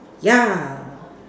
yeah